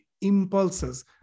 impulses